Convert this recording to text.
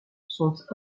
sont